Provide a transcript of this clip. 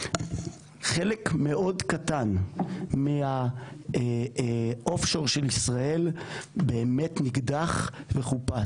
חלק מאוד קטן מה- offshore של ישראל באמת נקדח וחופש,